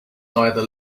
neither